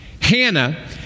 Hannah